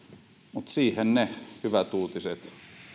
mutta siihen ne hyvät uutiset